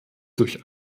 durch